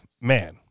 man